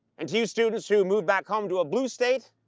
and to you students who've moved back home to a blue state,